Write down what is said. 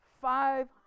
Five